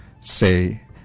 say